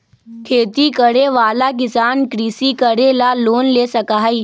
खेती करे वाला किसान कृषि करे ला लोन ले सका हई